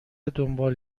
دنبال